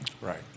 Right